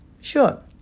Sure